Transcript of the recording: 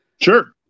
Sure